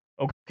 okay